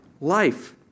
life